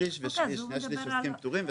שליש מתוכם הם עוסקים פטורים.